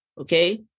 okay